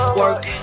work